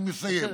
אני מסיים.